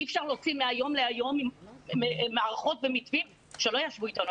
אי אפשר להוציא מהיום להיום מערכות ומתווים כאשר לא ישבו איתנו.